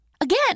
again